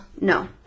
No